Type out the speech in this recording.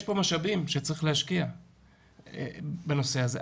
יש פה משאבים שצריך להשקיע בנושא הזה.